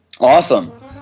Awesome